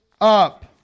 up